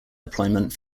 deployment